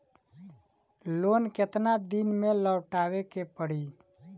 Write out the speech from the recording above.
Loan केतना दिन में लौटावे के पड़ी?